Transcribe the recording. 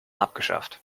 abgeschafft